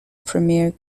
premier